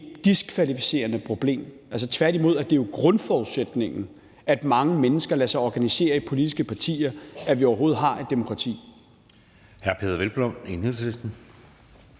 diskvalificerende problem. Tværtimod er det jo grundforudsætningen, at mange mennesker lader sig organisere i politiske partier, for, at vi overhovedet har et demokrati.